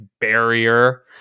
barrier